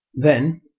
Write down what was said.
then,